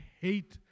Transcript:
hate